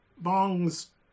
Bong's